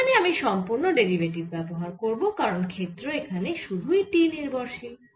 এখানে আমি সম্পুর্ণ ডেরিভেটিভ ব্যবহার করব কারণ ক্ষেত্র এখানে সুধুই t নির্ভরশীল